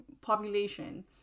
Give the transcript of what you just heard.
population